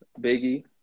Biggie